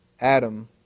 Adam